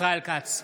ישראל כץ,